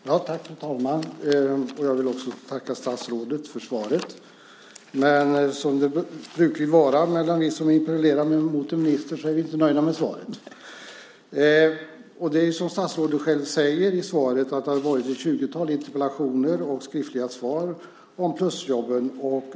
Fru talman! Jag vill tacka statsrådet för svaret. Men vi som interpellerar en minister brukar ju inte vara nöjda med svaret. Som statsrådet själv säger i svaret har det varit ett 20-tal interpellationer och skriftliga frågor om plusjobben.